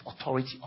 authority